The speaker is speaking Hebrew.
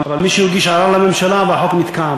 אבל מישהו הגיש ערר לממשלה והחוק נתקע.